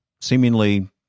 seemingly